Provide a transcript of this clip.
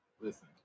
listen